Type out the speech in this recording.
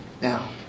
now